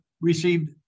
received